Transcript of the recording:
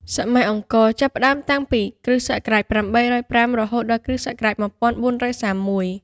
សម័យអង្គរចាប់ផ្តើមតាំងពី គ.ស. ៨០៥ រហូតដល់ គ.ស. ១៤៣១។